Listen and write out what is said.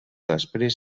després